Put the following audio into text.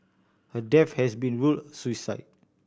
her death has been ruled suicide